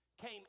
came